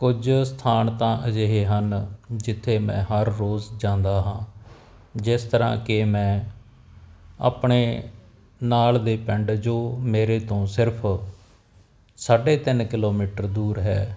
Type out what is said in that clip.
ਕੁਝ ਸਥਾਨ ਤਾਂ ਅਜਿਹੇ ਹਨ ਜਿੱਥੇ ਮੈਂ ਹਰ ਰੋਜ਼ ਜਾਂਦਾ ਹਾਂ ਜਿਸ ਤਰ੍ਹਾਂ ਕਿ ਮੈਂ ਆਪਣੇ ਨਾਲ ਦੇ ਪਿੰਡ ਜੋ ਮੇਰੇ ਤੋਂ ਸਿਰਫ ਸਾਢੇ ਤਿੰਨ ਕਿਲੋਮੀਟਰ ਦੂਰ ਹੈ